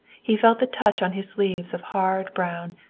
he felt the touch on his sleeves of hard brown,